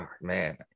man